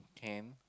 can